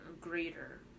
greater